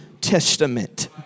Testament